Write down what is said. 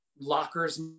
lockers